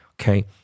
okay